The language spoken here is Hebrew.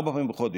ארבע פעמים בחודש.